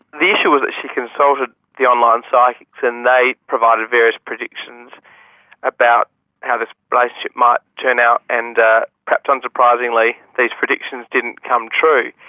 the issue was that she consulted the online psychics and they provided various predictions about how this relationship might turn out and, perhaps unsurprisingly, these predictions didn't come true.